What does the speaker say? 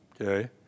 okay